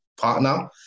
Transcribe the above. partner